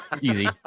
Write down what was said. easy